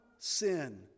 sin